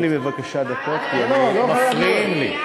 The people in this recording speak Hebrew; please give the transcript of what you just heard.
רק תוסיף לי בבקשה דקות כי מפריעים לי.